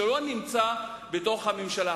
שלא נמצא בתוך הממשלה.